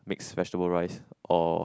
mixed vegetable rice or